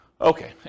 Okay